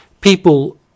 people